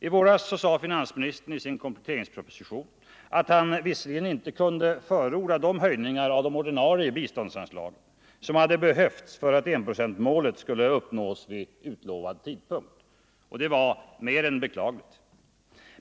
I våras skrev finansministern i sin kompletteringsproposition att han visserligen inte kunde förorda de höjningar av ordinarie biståndsanslag som hade behövts för att enprocentsmålet skulle uppnås vid utlovad tidpunkt, och det var mer än beklagligt.